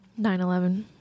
9-11